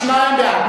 שניים בעד.